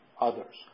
others